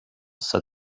said